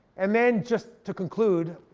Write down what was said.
and then just to conclude,